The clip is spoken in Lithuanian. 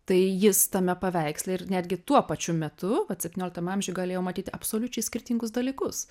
tai jis tame paveiksle ir netgi tuo pačiu metu septynioliktam amžiuj galėjo matyti absoliučiai skirtingus dalykus